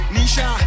Nisha